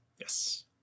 Yes